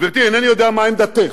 גברתי, אינני יודע מה עמדתך.